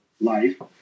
life